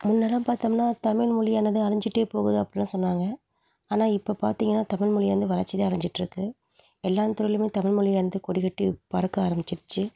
முன்னெலாம் பார்த்தோம்னா தமிழ் மொழியானது அழிஞ்சிட்டே போகுது அப்படின்லாம் சொன்னாங்க ஆனால் இப்போ பார்த்தீங்கன்னா தமிழ் மொழியானது வளர்ச்சி தான் அடைஞ்சிட்ருக்கு எல்லா துறையிலையுமே தமிழ் மொழியானது கொடிகட்டி பறக்க ஆரம்பிச்சுடுச்சு